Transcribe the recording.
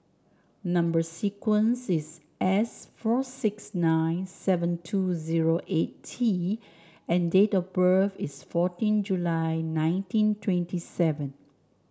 number sequence is S four six nine seven two zero eight T and date of birth is fourteen July nineteen twenty seven